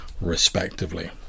respectively